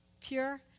Pure